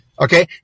Okay